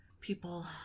people